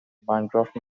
bancroft